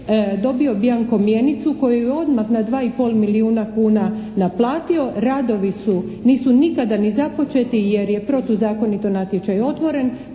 dobio bianco mjenicu koju je odmah na 2 i pol milijuna kuna naplatio, radovi nisu nikada ni započeti jer je protuzakonito natječaj otvoren,